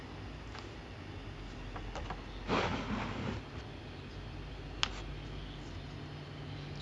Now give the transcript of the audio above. போயிட்டு இருந்துச்சு எப்படி இருந்துச்சு:poyittu irunthuchu eppadi irunthuchu exams lah